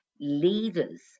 leaders